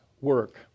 work